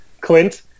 Clint